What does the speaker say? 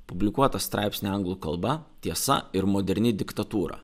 publikuotą straipsnį anglų kalba tiesa ir moderni diktatūra